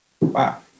Wow